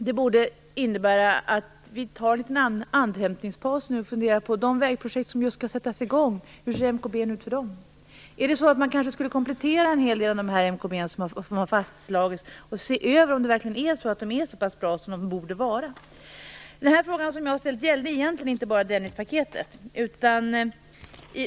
Det borde innebära att vi tar en liten andhämtningspaus nu och funderar på de vägprojekt som just skall sättas i gång. Hur ser MKB:n ut för dem? Skulle man kanske komplettera en hel del av de MKB som har fastslagits och se över om de verkligen är så pass bra som de borde vara. Den fråga som jag har ställt gällde egentligen inte bara Dennispaketet.